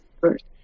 first